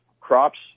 crops